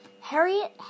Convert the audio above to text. Harriet